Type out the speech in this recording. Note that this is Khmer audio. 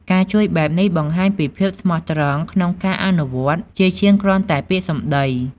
ការជួយបែបនេះបង្ហាញពី ភាពស្មោះត្រង់ក្នុងការអនុវត្ត ជាជាងគ្រាន់តែពាក្យសម្ដី។